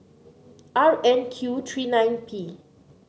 R N Q three nine P